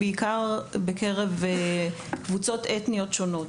בעיקר בקרב קבוצות אתניות שונות.